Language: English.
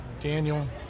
Daniel